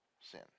sin